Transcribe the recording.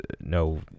no